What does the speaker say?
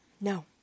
No